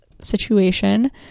situation